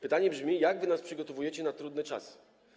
Pytanie brzmi: Jak wy nas przygotowujecie na trudne czasy?